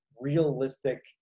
realistic